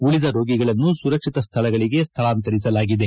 ಉಳಿದ ರೋಗಿಗಳನ್ನು ಸುರಕ್ಷಿತ ಸ್ಥಳಗಳಿಗೆ ಸ್ಥಳಾಂತರಿಸಲಾಗಿದೆ